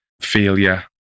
failure